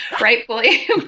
rightfully